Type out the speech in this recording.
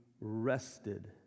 rested